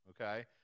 okay